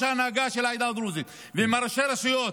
ההנהגה של העדה הדרוזית ועם ראשי הרשויות,